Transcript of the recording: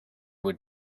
would